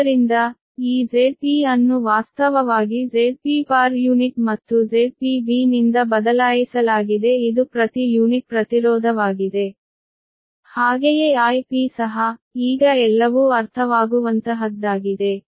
ಆದ್ದರಿಂದ ಈ Zp ಅನ್ನು ವಾಸ್ತವವಾಗಿ Zp ಮತ್ತು ZpB ನಿಂದ ಬದಲಾಯಿಸಲಾಗಿದೆ ಇದು ಪ್ರತಿ ಯೂನಿಟ್ ಪ್ರತಿರೋಧವಾಗಿದೆ ಹಾಗೆಯೇ Ip ಸಹ ಈಗ ಎಲ್ಲವೂ ಅರ್ಥವಾಗುವಂತಹದ್ದಾಗಿದೆ